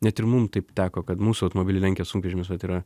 net ir mum taip teko kad mūsų automobilį lenkė sunkvežimis vat yra